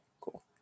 cool